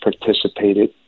participated